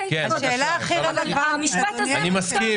אני מסכים